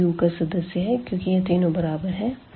यह U का सदस्य है क्योंकि यह तीनो बराबर है